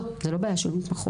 לא, זו לא בעיה של מתמחות.